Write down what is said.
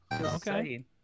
okay